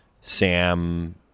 Sam